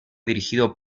dirigido